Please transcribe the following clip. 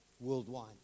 worldwide